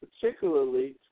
particularly